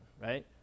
right